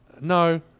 no